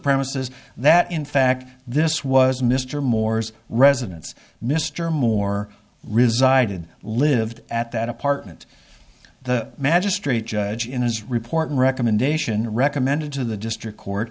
premises that in fact this was mr moore's residence mr moore resided lived at that apartment the magistrate judge in his report recommendation recommended to the district court